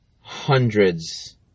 hundreds